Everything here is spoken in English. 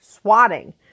swatting